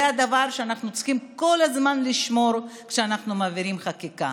זה הדבר שאנחנו צריכים כל הזמן לשמור עליו כשאנחנו מעבירים חקיקה.